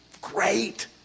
great